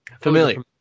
Familiar